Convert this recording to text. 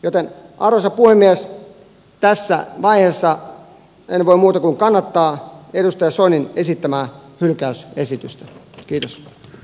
joten arvoisa puhemies tässä vaiheessa en voi muuta kuin kannattaa edustaja soinin esittämää hylkäysesitystä